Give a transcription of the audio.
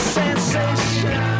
sensation